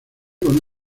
con